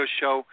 show